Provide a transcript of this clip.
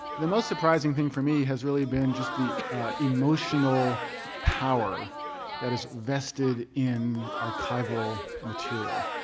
the most surprising thing for me has really been just the emotional power that is vested in archival material